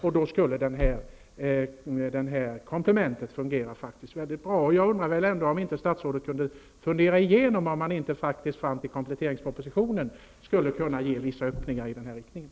Därmed skulle komplementet fungera bra. Skulle inte statsrådet i kompletteringspropositionen kunna föreslå vissa öppningar i den här riktningen?